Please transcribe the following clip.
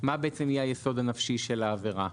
מה בעצם יהיה היסוד הנפשי של העבירה.